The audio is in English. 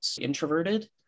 introverted